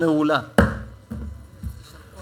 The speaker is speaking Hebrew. כן, יש יותר מהצעה